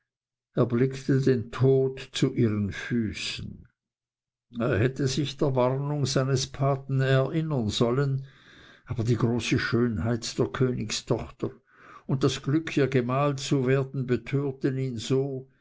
erblickte den tod zu ihren füßen er hätte sich der warnung seines paten erinnern sollen aber die große schönheit der königstochter und das glück ihr gemahl zu werden betörten ihn so